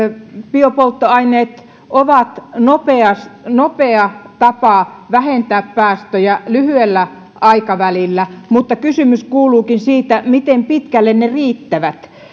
biopolttoaineet ovat nopea nopea tapa vähentää päästöjä lyhyellä aikavälillä mutta kysymys kuuluukin miten pitkälle ne